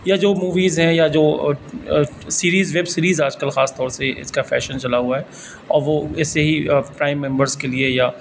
یا جو موویز ہیں یا جو سیریز ویبسیریز آج کل خاص طور سے اس کا فیشن چلا ہوا ہے اور وہ ایسے ہی پرائم ممبرس کے لیے یا